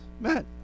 Matt